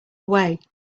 way